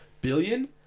billion